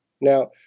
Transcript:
Now